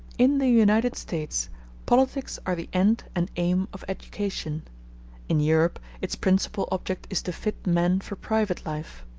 in the united states politics are the end and aim of education in europe its principal object is to fit men for private life.